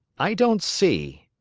i don't see,